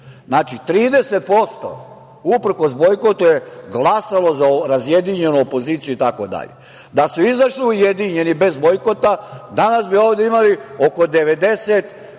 70%.Znači, 30% uprkos bojkotu je glasalo za razjedinjenu opoziciju itd. Da su izašli ujedinjeni bez bojkota, danas bi ovde imali oko 90